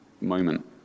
moment